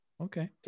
Okay